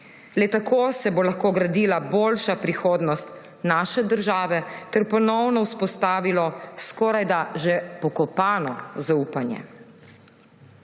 Le tako se bo lahko gradila boljša prihodnost naše države ter ponovno vzpostavilo skorajda že pokopano zaupanje.